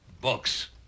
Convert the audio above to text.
books